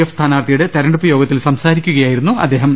F സ്ഥാനാർഥിയുടെ തെരെഞ്ഞെടുപ്പ് യോഗത്തിൽ സംസാരിക്കുകയായിരുന്നു അദ്ദേഹം